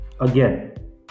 Again